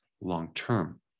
long-term